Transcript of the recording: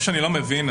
אני לא מבין.